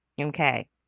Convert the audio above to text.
okay